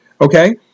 Okay